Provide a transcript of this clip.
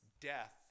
death